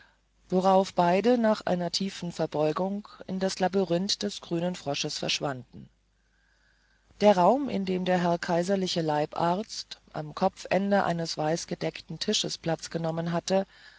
worauf beide nach einer tiefen verbeugung in den labyrinthen des grünen frosches verschwanden der raum in dem der herr kaiserliche leibarzt am kopfende eines weiß gedeckten tisches platz genommen hatte